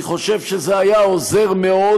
אני חושב שזה היה עוזר מאוד